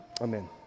amen